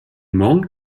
monk